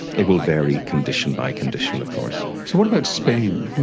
it will vary condition by condition of course. so what about spain?